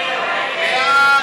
נגד?